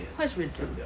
what is regime